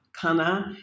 Kana